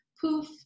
poof